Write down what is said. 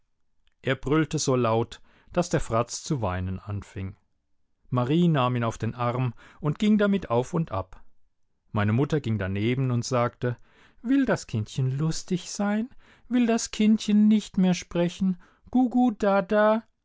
er brüllte so laut daß der fratz zu weinen anfing marie nahm ihn auf den arm und ging damit auf und ab meine mutter ging daneben und sagte will das kindchen lustig sein will das kindchen nicht mehr sprechen gugu dada